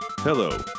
Hello